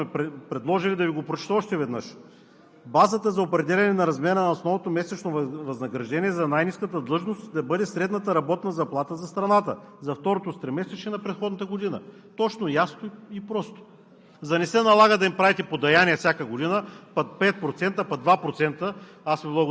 Аз съвсем добронамерено Ви предлагам и ако не сте разбрали какво сме предложили, да Ви го прочета още веднъж: „Базата за определяне на размера на основното месечно възнаграждение за най-ниската длъжност да бъде средната работна заплата за страната за второто тримесечие на предходната година“ – точно, ясно и просто,